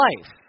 life